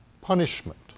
punishment